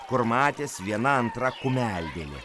kur matęs viena antra kumeldėlė